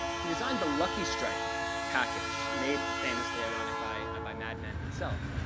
he designed the lucky strike package, made famously ironic by by madmen itself.